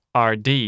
RD